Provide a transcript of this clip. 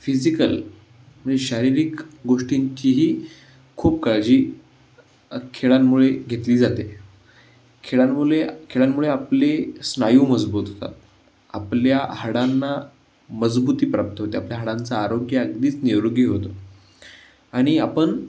physical म्हणजे शारीरिक गोष्टींचीही खूप काळजी खेळांमुळे घेतली जाते खेळांमुले खेळांमुळे आपले स्नायू मजबूत होतात आपल्या हाडांना मजबूती प्राप्त होते आपल्या हाडांचा आरोग्य अगदीच निरोगी होतो आणि आपण